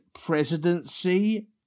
presidency